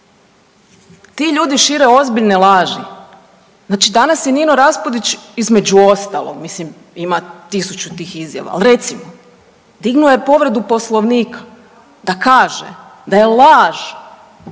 Ti ljudi šire ozbiljne laži. Znači danas je Nino Raspudić između ostalog, mislim ima 1000 tih izjava, ali recimo dignuo je povredu Poslovnika da kaže da je laž